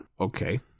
Okay